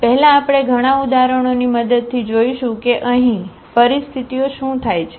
તેથી પહેલા આપણે ઘણાં ઉદાહરણોની મદદથી જોશું કે અહીં પરિસ્થિતિઓ શું થાય છે